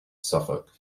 suffolk